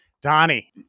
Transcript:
Donnie